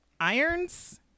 irons